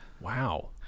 Wow